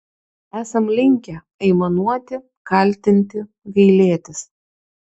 esam linkę aimanuoti kaltinti gailėtis